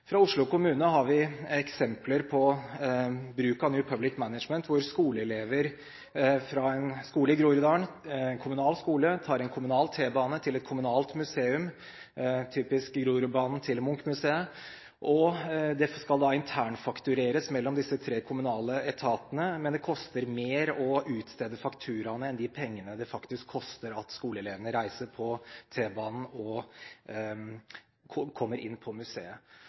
Fra Oslo kommune har vi eksempler på bruk av New Public Management, hvor skoleelever fra en skole i Groruddalen, en kommunal skole, tar en kommunal T-bane til et kommunalt museum – typisk Grorudbanen til Munch-museet – og det skal internfaktureres mellom disse tre kommunale etatene, men det koster mer å utstede fakturaene enn de pengene det faktisk koster at skoleelevene reiser på T-banen og kommer inn på museet.